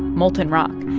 molten rock,